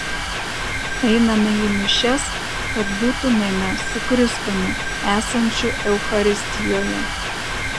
einame į mišias kad būtumėme su kristumi esančiu eucharistijoje